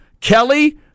Kelly